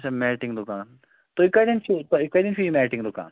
اچھا میٹِنٛگ دُکان تُہۍ کَتٮ۪ن چھُو تۄہہِ کَتٮ۪ن چھُو یہِ میٹِنٛگ دُکان